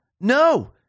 No